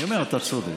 אני אומר, אתה צודק.